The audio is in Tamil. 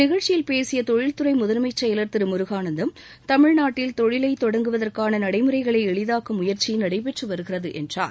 நிகழ்ச்சியில் பேசிய இந்த தொழில்துறை முதன்மைச் செயலர் திரு முருகானந்தம் தமிழ்நாட்டில் தொழிலை தொடங்குவதற்கான நடைமுறைகளை எளிதாக்கும் முயற்சி நடைபெற்று வருகிறது என்றார்